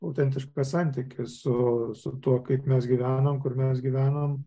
autentišką santykį su su tuo kaip mes gyvenam kur mes gyvenam